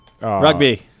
Rugby